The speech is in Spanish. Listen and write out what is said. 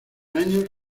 años